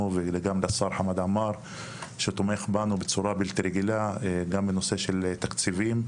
וגם לשר חמד עמאר שתומך בנו בצורה בלתי רגילה גם בנושא של תקציבים.